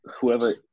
whoever